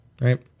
right